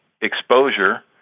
exposure